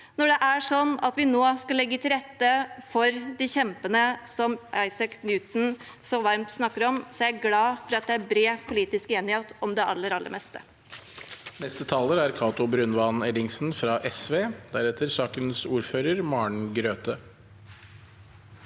Når vi nå skal legge til rette for de kjempene som Isaac Newton så varmt snakket om, er jeg glad for at det er bred politisk enighet om det aller, aller meste.